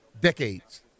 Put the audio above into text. decades